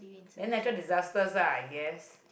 to you in singapore